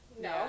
no